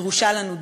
דרושה לנו דרך,